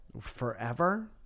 Forever